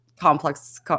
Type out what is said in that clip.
complex